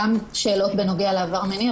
גם שאלות בנוגע לעבר המיני,